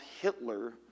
Hitler